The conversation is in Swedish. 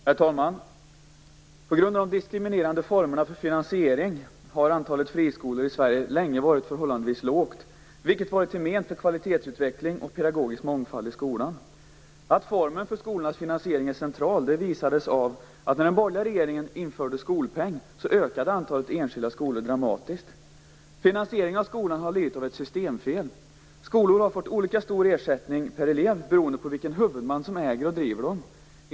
Herr talman! På grund av de diskriminerande formerna för finansiering har antalet friskolor i Sverige länge varit förhållandevis lågt, vilket varit till men för kvalitetsutveckling och pedagogisk mångfald i skolan. Att formen för skolornas finansiering är central visades av att när den borgerliga regeringen införde skolpengen ökade antalet enskilda skolor dramatiskt. Finansieringen av skolan har lidit av ett systemfel. Skolor har fått olika stor ersättning per elev beroende på vilken huvudman som äger och driver dem.